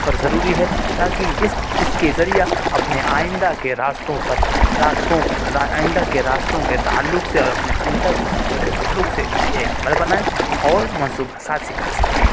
پر ضروری ہے تاکہ اس اس کے ذریعہ اپنے آئندہ کے راستوں پر راستوں آئندہ کے راستوں کے تعلق سے اور اپنے آئندہ کے سفر کے تعلق سے لائحہ عمل بنائیں اور منصوبہ سازی کر سکیں